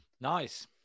Nice